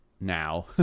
now